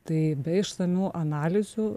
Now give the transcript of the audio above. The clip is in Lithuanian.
tai be išsamių analizių